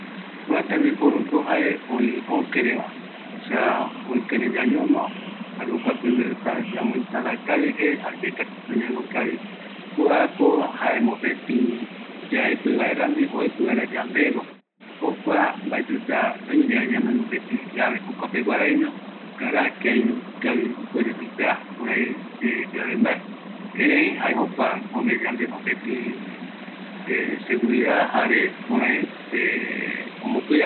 ﻿Kua tembiporuko jae öi okereva, osea ökere ñañono jare jokuako oimeta ñamo instala kavi jare yaikatuta ñañono kavi, kuako jae mopeti yaepi vaerami, oepi vaera yandero, jokua mbatita oime yave ñanoi mopeti llave jokuapeguaraiño, ngara kia ipuer oipea kurai yave mba erei jae jokua ome yande seguridad jare kurai ombokuida